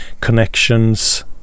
connections